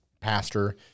pastor